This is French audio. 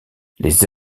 les